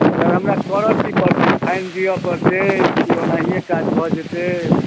sir हमरा करय की पड़तै फाइन दिअ पड़तै कि ओहिनाइए काज भऽ जेतै